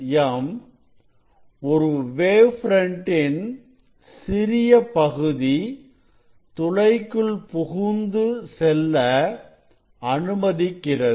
NM ஒரு wave front இன் சிறிய பகுதி துளைக்குள் புகுந்து செல்ல அனுமதிக்கிறது